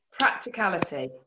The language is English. Practicality